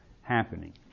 happening